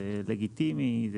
זה לגיטימי.